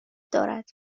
دارد